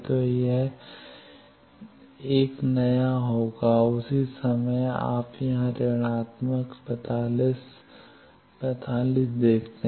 तो यह नया 1 होगा उसी समय आप यहां ऋणात्मक 45 45 देखते हैं